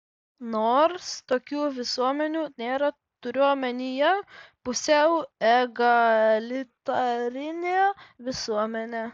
nors tokių visuomenių nėra turiu omenyje pusiau egalitarinę visuomenę